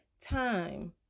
time